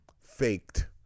faked